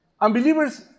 Unbelievers